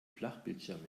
flachbildschirme